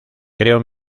creo